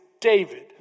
David